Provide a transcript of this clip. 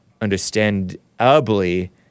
understandably